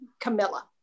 Camilla